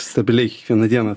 stabiliai kiekvieną dieną